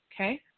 okay